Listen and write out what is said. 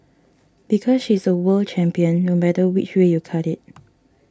because she's a world champion no matter which way you cut it